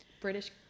British